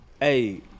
Hey